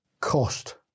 Cost